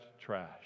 trash